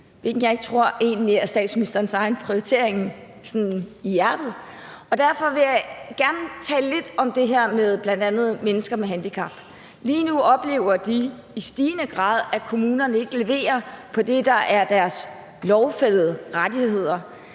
hvilket jeg egentlig ikke tror er statsministerens egen prioritering sådan i hjertet. Derfor vil jeg gerne tale lidt om det her med bl.a. mennesker med handicap. Lige nu oplever de i stigende grad, at kommunerne ikke leverer på det, der er deres lovfæstede rettigheder.